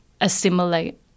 assimilate